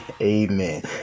amen